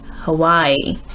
Hawaii